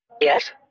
Yes